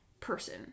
person